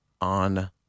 on